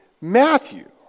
Matthew